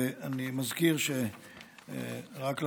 אני מזכיר שרק לאחרונה,